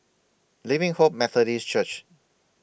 Living Hope Methodist Church